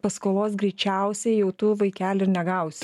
paskolos greičiausiai jau tu vaikeli ir negausi